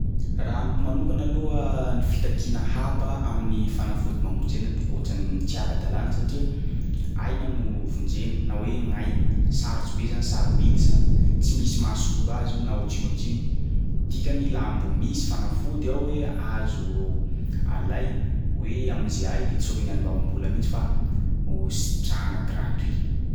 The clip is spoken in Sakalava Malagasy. Raha amiko manokana aloha ny fitakiana haba amin'ny fanafody mamonjy aina de ohatrany tsy ara-dalàna satria aina no vonjena na hoe gn'ay sarotry be zany, sarobidy zany tsy misy mahasolo azy io na ôtrino na ôtrino dikany laha mbo misy fanafody ao hoe azo alay hoe amonjea ay de tsy tokony andoavam-bola mihitsy fa ho sitrahana gratuit.